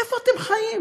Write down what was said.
איפה אתם חיים?